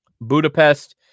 Budapest